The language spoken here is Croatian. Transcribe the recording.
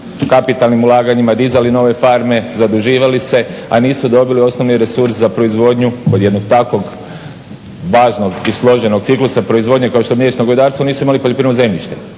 kapitalnim ulaganjima dizali nove farme, zaduživali se, a nisu dobili osnovni resurs za proizvodnju od jednog takvog baznog i složenog ciklusa proizvodnje kao što je mliječno govedarstvo, nisu imali poljoprivredno zemljište.